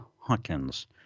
Hawkins